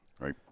right